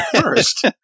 first